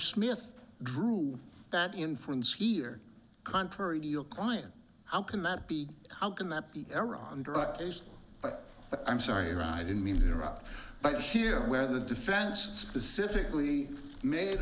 smith drew that inference here contrary to your client how can that be how can that be iran but i'm sorry i didn't mean interrupt but here where the defense specifically made